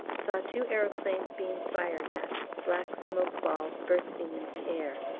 saw two aeroplanes being fired at black smoke-balls bursting in the air.